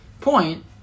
point